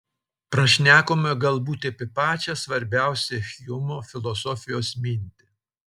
prašnekome galbūt apie pačią svarbiausią hjumo filosofijos mintį